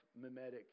mimetic